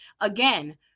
Again